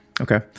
Okay